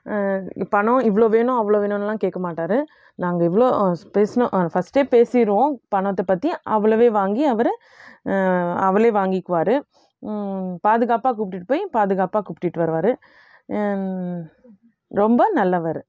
பணம் இவ்வளோ வேணும் அவ்வளோ வேணும்லாம் கேட்கமாட்டாரு நாங்கள் இவ்வளோ பேசுனோம் ஃபர்ஸ்ட்டே பேசிடுவோம் பணத்தை பற்றி அவ்வளவே வாங்கி அவர் அவ்வளே வாங்கிக்குவார் பாதுகாப்பாக கூப்பிட்டுட்டு போய் பாதுகாப்பாக கூப்பிடிட்டு வருவார் ரொம்ப நல்லவர்